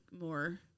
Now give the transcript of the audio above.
more